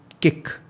kick